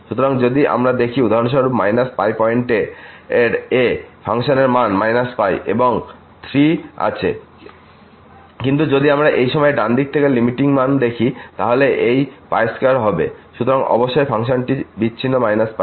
সুতরাং যদি আমরা দেখি উদাহরণস্বরূপ π পয়েন্টের এ ফাংশনের মান π এ 3 আছে কিন্তু যদি আমরা এই সময়ে ডান দিকে থেকে লিমিটিং মান দেখি তাহলে এই 2 হবে সুতরাং অবশ্যই ফাংশনটি বিচ্ছিন্ন π তে